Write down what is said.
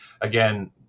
Again